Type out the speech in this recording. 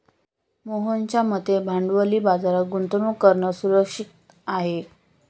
मोहनच्या मते भांडवली बाजारात गुंतवणूक करणं सुरक्षित आहे